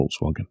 Volkswagen